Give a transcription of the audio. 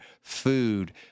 food